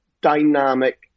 dynamic